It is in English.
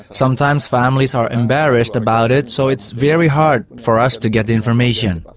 sometimes familes are embarrassed about it so it's very hard for us to get the information.